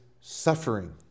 suffering